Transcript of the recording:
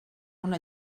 una